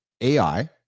AI